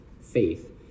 faith